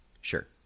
Sure